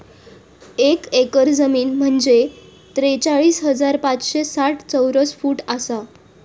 एक एकर जमीन म्हंजे त्रेचाळीस हजार पाचशे साठ चौरस फूट आसा